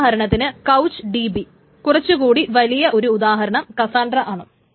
ഉദാഹരണത്തിന് couch DB കുറച്ചു കുടി വലിയ ഒരു ഉദാഹരണം കസാൻഡ്ര ആണ്